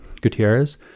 Gutierrez